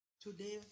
Today